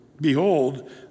Behold